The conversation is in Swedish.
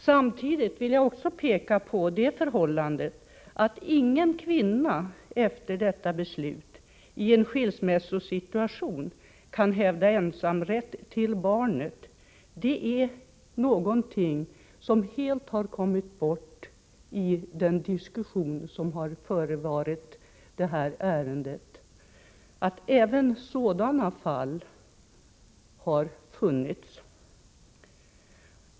Samtidigt vill jag peka på det förhållandet att efter detta beslut ingen kvinna i en skilsmässosituation kan hävda ensamrätt till barnet. Det är någonting som helt har kommit bort i den diskussion som förevarit i det här ärendet.